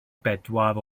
bedwar